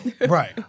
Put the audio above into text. Right